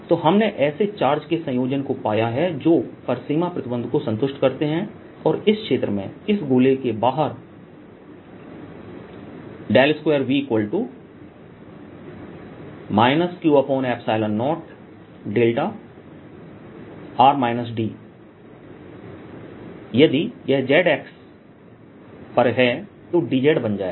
तो हमने ऐसे चार्ज के संयोजन को पाया है जो परिसीमा प्रतिबंधों को संतुष्ट करते हैं और इस क्षेत्र में इस गोले के बाहर ∇2V q0यदि यह Z अक्ष पर है तो dZ बन जाएगा